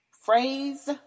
Phrase